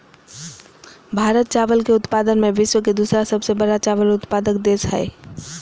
भारत चावल के उत्पादन में विश्व के दूसरा सबसे बड़ा चावल उत्पादक देश हइ